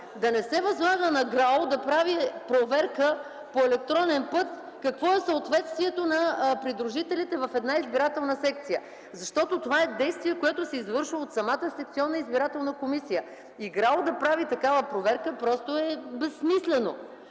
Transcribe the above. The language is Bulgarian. да не се възлага на ГРАО да прави проверка по електронен път за това какво е съответствието на придружителите в една избирателна секция, защото това е действие, което се извършва от самата секционна избирателна комисия. И ГРАО да прави такава проверка, просто е безсмислено.